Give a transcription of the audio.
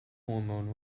hormone